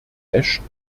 ashton